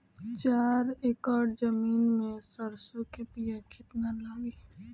चार एकड़ जमीन में सरसों के बीया कितना लागी?